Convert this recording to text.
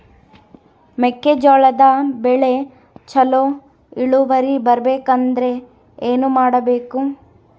ಮೆಕ್ಕೆಜೋಳದ ಬೆಳೆ ಚೊಲೊ ಇಳುವರಿ ಬರಬೇಕಂದ್ರೆ ಏನು ಮಾಡಬೇಕು?